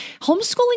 Homeschooling